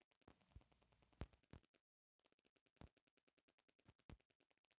खेत में लागल फसल के भी बीमा कारावल जाईल जाला